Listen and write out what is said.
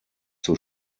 zur